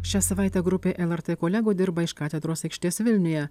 šią savaitę grupė lrt kolegų dirba iš katedros aikštės vilniuje